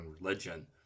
religion